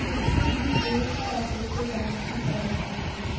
किसी भी देश का क्रिप्टो करेंसी पर अधिकार नहीं है